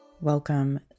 Welcome